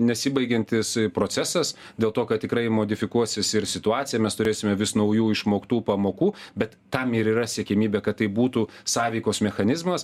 nesibaigiantis procesas dėl to kad tikrai modifikuosis ir situacija mes turėsime vis naujų išmoktų pamokų bet tam ir yra siekiamybė kad tai būtų sąveikos mechanizmas